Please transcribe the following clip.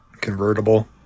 convertible